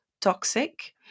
toxic